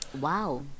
wow